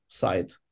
side